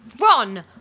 Ron